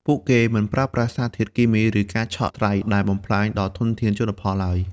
ពួកគេមិនប្រើប្រាស់ សារធាតុគីមី ឬការឆក់ត្រីដែលបំផ្លាញដល់ធនធានជលផលឡើយ។